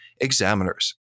Examiners